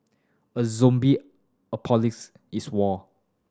a zombie apocalypse is war